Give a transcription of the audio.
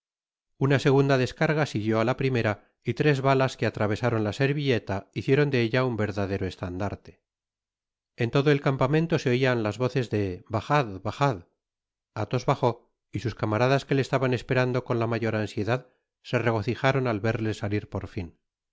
una segunda descarga siguió á la primera y tres balas que atravesaron la servilleta hicieron de ella un verdadero estandarte en todo el campamento se oian las voces de bajad bajad atbos bajó y sus camaradas que le estaban esperando con la mayor ansiedad se regocijaron al verle salir por fin